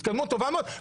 התקדמות טובה מאוד.